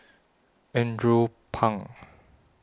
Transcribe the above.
Andrew Phang